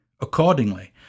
Accordingly